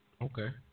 Okay